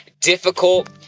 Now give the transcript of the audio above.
difficult